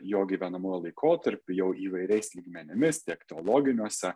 jo gyvenamuoju laikotarpiu jau įvairiais lygmenimis tiek teologiniuose